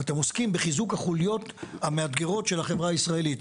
אתם עוסקים בחיזוק החוליות המאתגרות של החברה הישראלית,